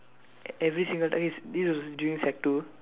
every single time this was during sec two